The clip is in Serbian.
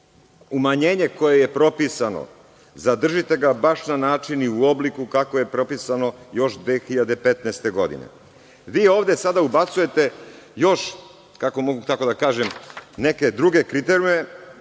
Umanjenje koje je propisano zadržite ga baš na način i u obliku kako je propisano još 2015. godine. Vi ovde sada ubacujete još neke druge kriterijume